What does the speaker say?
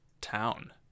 town